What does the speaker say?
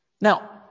Now